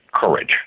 courage